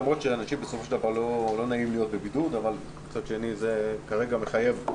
למרות שלאנשים בסופו של דבר לא נעים להיות בבידוד אבל זה כרגע מחייב,